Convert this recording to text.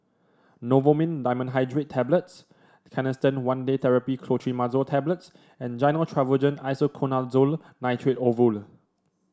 Novomin Dimenhydrinate Tablets Canesten One Day Therapy Clotrimazole Tablets and Gyno Travogen Isoconazole Nitrate Ovule